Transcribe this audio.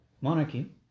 monarchy